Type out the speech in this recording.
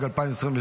מתנגד אחד,